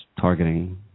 targeting